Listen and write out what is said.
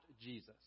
Jesus